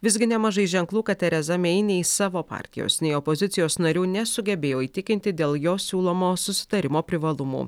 visgi nemažai ženklų kad tereza mei nei savo partijos nei opozicijos narių nesugebėjo įtikinti dėl jos siūlomo susitarimo privalumų